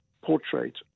portrait